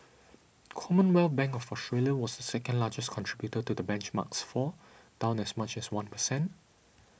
Commonwealth Bank of Australia was second largest contributor to the benchmark's fall down as much as one percent